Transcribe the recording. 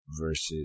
versus